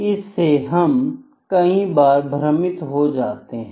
इससे हम कई बार भ्रमित हो जाते हैं